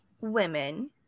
women